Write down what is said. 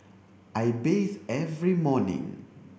I bathe every morning